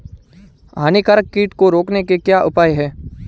हानिकारक कीट को रोकने के क्या उपाय हैं?